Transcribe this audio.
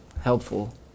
helpful